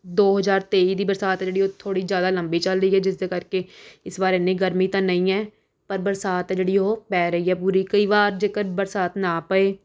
ਦੋ ਹਜ਼ਾਰ ਤੇਈ ਦੀ ਬਰਸਾਤ ਹੈ ਜਿਹੜੀ ਉਹ ਥੋੜ੍ਹੀ ਜ਼ਿਆਦਾ ਲੰਬੀ ਚੱਲਦੀ ਗਈ ਜਿਸ ਦੇ ਕਰਕੇ ਇਸ ਵਾਰ ਇੰਨੀ ਗਰਮੀ ਤਾਂ ਨਹੀਂ ਹੈ ਪਰ ਬਰਸਾਤ ਹੈ ਜਿਹੜੀ ਉਹ ਪੈ ਰਹੀ ਹੈ ਪੂਰੀ ਕਈ ਵਾਰ ਜੇਕਰ ਬਰਸਾਤ ਨਾ ਪਏ